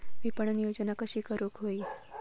विपणन योजना कशी करुक होई?